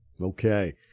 Okay